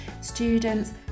students